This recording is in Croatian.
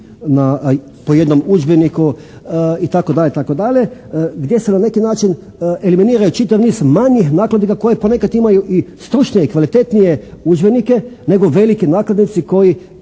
po jednom udžbeniku itd., gdje se na neki način eliminiraju čitav niz manjih nakladnika koji ponekad imaju stručnije i kvalitetnije udžbenike nego veliki nakladnici koji